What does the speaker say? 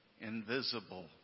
invisible